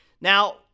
Now